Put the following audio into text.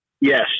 Yes